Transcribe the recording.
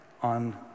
on